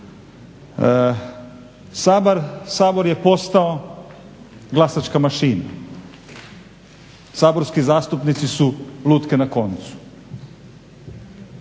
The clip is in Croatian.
Sabor je postao glasačka mašina. Saborski zastupnici su lutke na koncu.